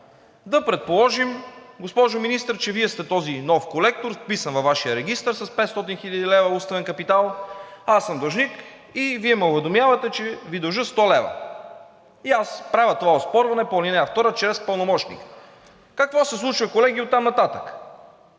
Да предположим, госпожо Министър, че Вие сте този нов колектор, вписан във Вашия регистър с 500 хил. лв. уставен капитал. Аз съм длъжник и Вие ме уведомявате, че Ви дължа 100 лв., и правя това оспорване по ал. 2 чрез пълномощник. Какво се случва, колеги, оттам нататък,